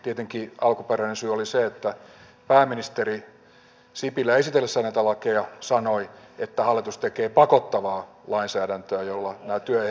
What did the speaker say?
tietenkin alkuperäinen syy oli se että pääministeri sipilä esitellessään näitä lakeja sanoi että hallitus tekee pakottavaa lainsäädäntöä jolla nämä työehdot päätetään